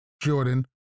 Jordan